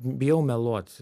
bijau meluot